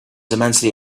immensely